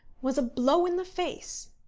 was a blow in the face!